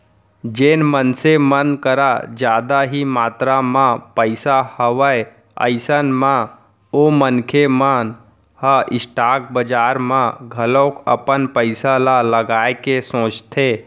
जेन मनसे मन कर जादा ही मातरा म पइसा हवय अइसन म ओ मनखे मन ह स्टॉक बजार म घलोक अपन पइसा ल लगाए के सोचथे